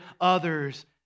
others